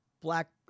black